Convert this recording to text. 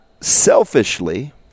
selfishly